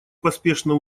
поспешно